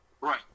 Right